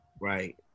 Right